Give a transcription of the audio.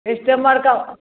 कस्टमरके